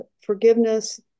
forgiveness